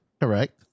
Correct